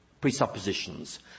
presuppositions